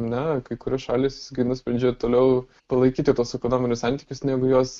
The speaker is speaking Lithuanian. na kai kurios šalys nusprendžia toliau palaikyti tuos ekonominius santykius negu juos